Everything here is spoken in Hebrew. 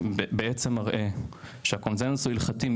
ובעצם מראה שהקונצנזוס ההלכתי,